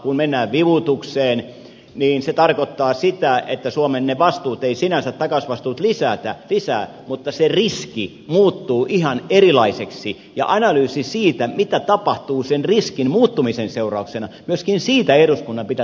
kun mennään vivutukseen niin se tarkoittaa sitä että suomen takausvastuut eivät sinänsä lisäänny mutta se riski muuttuu ihan erilaiseksi ja myöskin analyysistä siitä mitä tapahtuu sen riskin muuttumisen seurauksena eduskunnan pitäisi saada selvä viesti